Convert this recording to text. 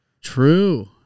True